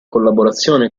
collaborazione